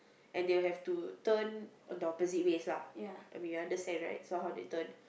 and they will have to turn the opposite ways lah we understand right so how they turn